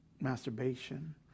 masturbation